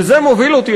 וזה מוביל אותי,